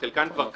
שחלקן כבר קרו,